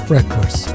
Records